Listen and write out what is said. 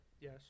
Yes